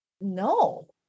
no